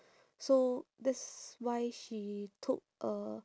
so that's why she took a